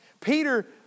Peter